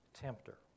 Tempter